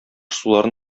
суларын